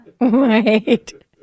Right